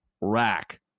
rack